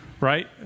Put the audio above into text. right